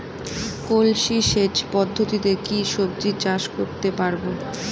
কলসি সেচ পদ্ধতিতে কি সবজি চাষ করতে পারব?